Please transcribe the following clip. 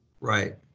Right